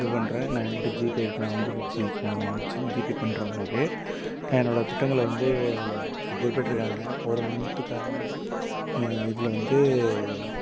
இது பண்ணுறேன் நான் ஏன்கிட்ட ஜிபே இருக்கு நான் வந்து ஜி ஃபோ ஜி ஜிபே பண்ணுறேன் உங்களுக்கு நான் என்னோட திட்டங்களை வந்து இதில் குறிப்பிட்டு இருக்காங்க ஒரு மந்த்துக்கான இதில் வந்து